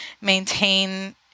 maintain